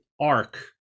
arc